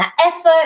effort